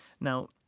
Now